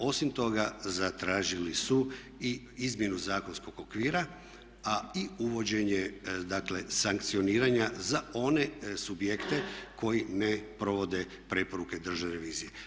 Osim toga zatražili su i izmjenu zakonskog okvira a i uvođenje dakle sankcioniranja za one subjekte koji ne provode preporuke Državne revizije.